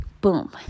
Boom